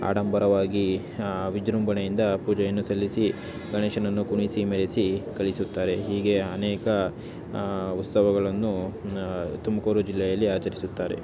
ಆಡಂಬರವಾಗಿ ವಿಜೃಂಭಣೆಯಿಂದ ಪೂಜೆಯನ್ನು ಸಲ್ಲಿಸಿ ಗಣೇಶನನ್ನು ಕುಣಿಸಿ ಮೆರೆಸಿ ಕಳಿಸುತ್ತಾರೆ ಹೀಗೆ ಅನೇಕ ಉತ್ಸವಗಳನ್ನು ತುಮಕೂರು ಜಿಲ್ಲೆಯಲ್ಲಿ ಆಚರಿಸುತ್ತಾರೆ